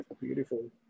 Beautiful